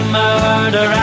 murder